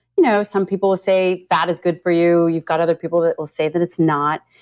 you know some people will say fat is good for you. you've got other people that will say that it's not,